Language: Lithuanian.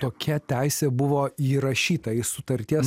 tokia teisė buvo įrašyta į sutarties